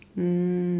um